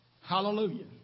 Hallelujah